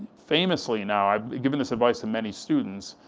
famously now, i've given this advice to many students,